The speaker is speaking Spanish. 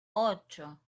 ocho